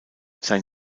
sein